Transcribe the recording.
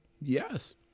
Yes